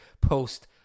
post